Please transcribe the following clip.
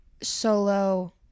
solo